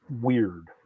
weird